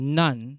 none